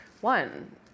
One